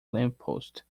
lamppost